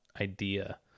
idea